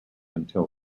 until